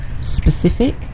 specific